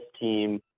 team